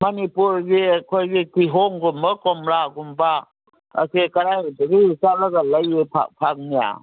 ꯃꯅꯤꯄꯨꯔꯒꯤ ꯑꯩꯈꯣꯏꯒꯤ ꯀꯤꯍꯣꯝꯒꯨꯝꯕ ꯀꯣꯝꯂꯥꯒꯨꯝꯕ ꯑꯁꯦ ꯀꯔꯥꯏꯗꯒꯤ ꯆꯠꯂꯒ ꯂꯩꯔꯨꯕ ꯐꯪꯅꯤ